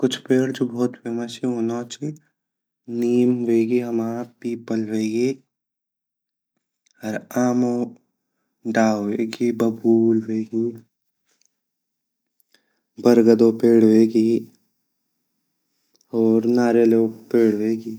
कुछ पेड़ जु भोत फेमस ची ऊंगु नौ ची नीम वेगि हमा पीपल वेगि अर आमो डाऊ वेगि अर बबूल वेगी अर बरगदों पेड़ वेगि होर नायलो पेड़ वेगि।